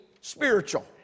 spiritual